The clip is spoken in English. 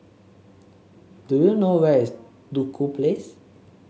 do you know where is Duku Place